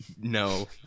no